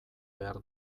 behar